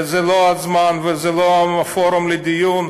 וזה לא הזמן וזה לא הפורום לדיון,